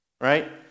Right